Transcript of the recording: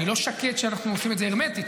אני לא שקט שאנחנו עושים את זה הרמטית,